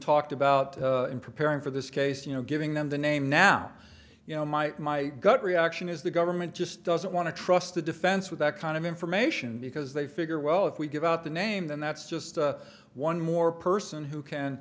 talked about in preparing for this case you know giving them the name now you know my my gut reaction is the government just doesn't want to trust the defense with that kind of information because they figure well if we give out the name then that's just one more person who can